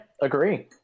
Agree